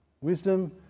Wisdom